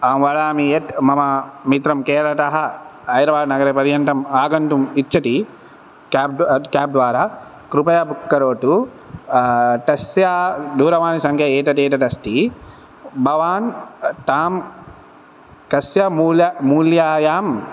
अहं वदामि यत् मम मित्रं केरलतः हैदरबाद् नगरपर्यन्तम् आगन्तुम् इच्छति केब् केब् द्वारा कृपया बुक् करोतु तस्य दूरवाणिसंख्या एतत् एतत् अस्ति भवान् तां कस्य मूल मूल्यायां